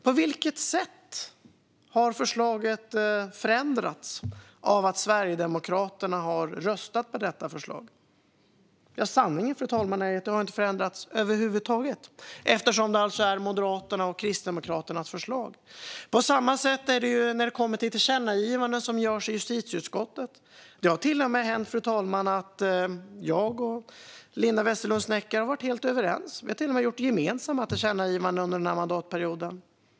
På vilket sätt har förslaget förändrats av att Sverigedemokraterna har röstat för det? Sanningen, fru talman, är att det inte har förändrats över huvud taget, eftersom det är Moderaternas och Kristdemokraternas förslag. På samma sätt är det när det kommer till tillkännagivanden som görs i justitieutskottet. Det har till och med hänt, fru talman, att jag och Linda Westerlund Snecker har varit helt överens. Vi har till och med gjort gemensamma tillkännagivanden under mandatperioden.